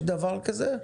יש דבר כזה,